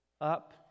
up